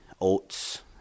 oats